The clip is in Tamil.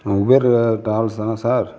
வீரர் ட்ராவல்ஸ் தானே சார்